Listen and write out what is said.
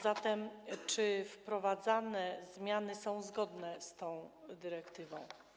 Zatem czy wprowadzane zmiany są zgodne z tą dyrektywą?